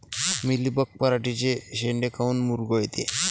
Mealybug पराटीचे चे शेंडे काऊन मुरगळते?